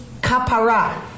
kapara